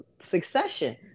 succession